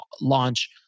launch